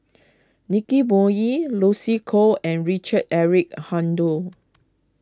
Nicky Moey Lucy Koh and Richard Eric Holttum